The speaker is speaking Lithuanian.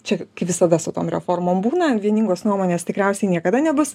čia kaip visada su tom reformom būna vieningos nuomonės tikriausiai niekada nebus